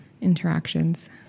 interactions